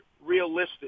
realistic